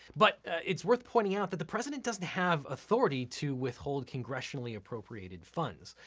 but it's worth pointing out that the president doesn't have authority to withhold congressionally-appropriated funds.